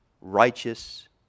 righteous